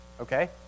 Okay